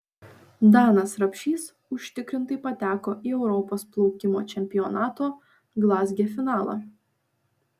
danas rapšys užtikrintai pateko į europos plaukimo čempionato glazge finalą